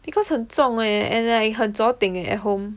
because 很重 leh and then like 很 eh at home